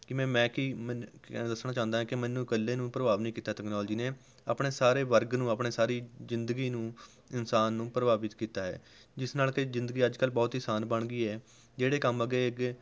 ਕਿਵੇਂ ਮੈਂ ਕਿ ਦੱਸਣਾ ਚਾਹੁੰਦਾ ਹਾਂ ਕਿ ਮੈਨੂੰ ਇਕੱਲੇ ਨੂੰ ਪ੍ਰਭਾਵ ਨਹੀਂ ਕੀਤਾ ਤਕਨਾਲੋਜੀ ਨੇ ਆਪਣੇ ਸਾਰੇ ਵਰਗ ਨੂੰ ਆਪਣੀ ਸਾਰੀ ਜ਼ਿੰਦਗੀ ਨੂੰ ਇਨਸਾਨ ਨੂੰ ਪ੍ਰਭਾਵਿਤ ਕੀਤਾ ਹੈ ਜਿਸ ਨਾਲ਼ ਕਿ ਜ਼ਿੰਦਗੀ ਅੱਜ ਕੱਲ੍ਹ ਬਹੁਤ ਹੀ ਅਸਾਨ ਬਣ ਗਈ ਹੈ ਜਿਹੜੇ ਕੰਮ ਅੱਗੇ ਅੱਗੇ